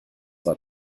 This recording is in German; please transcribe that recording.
war